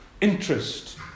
interest